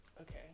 Okay